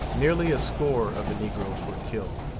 nearly a score of the negroes were killed.